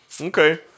Okay